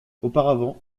auparavant